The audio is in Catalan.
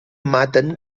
maten